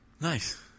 Nice